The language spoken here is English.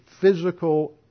physical